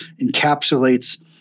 encapsulates